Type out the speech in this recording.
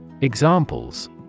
Examples